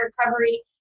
recovery